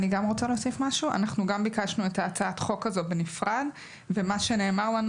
גם אנחנו ביקשנו את הצעת החוק הזאת בנפרד ונאמר לנו